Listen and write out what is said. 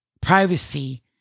privacy